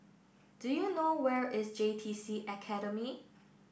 do you know where is J T C Academy